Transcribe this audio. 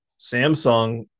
Samsung